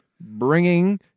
bringing